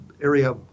area